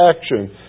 action